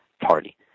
Party